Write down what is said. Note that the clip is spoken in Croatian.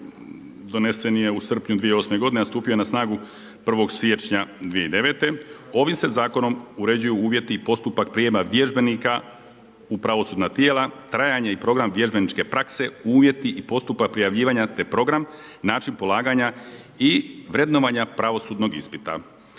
donesen je u srpnju 2008. g. a stupio je na snagu 1. siječnja 2009. Ovim se zakonom uređuju uvjeti i postupak prijema vježbenika u pravosudna tijela, trajanje i program vježbeničke prakse, uvjeti i postupak prijavljivanja te program, način polaganja i vrednovanja pravosudnog ispita.